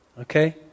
Okay